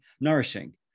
nourishing